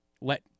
let